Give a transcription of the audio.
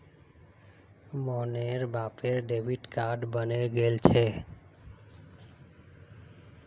मोहनेर बापेर debit card बने गेल छे